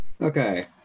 Okay